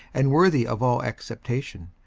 and worthy of all acceptation,